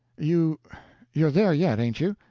you you're there yet, ain't you?